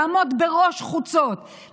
לעמוד בראש חוצות,